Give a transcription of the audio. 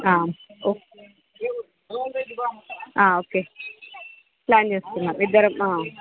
ఓ okay plan చేసుకుందాము ఇద్దరం